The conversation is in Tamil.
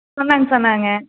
சொன்னாங்க சொன்னாங்க